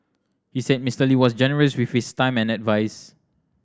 he said Mister Lee was generous with his time and advise